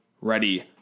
ready